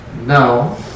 No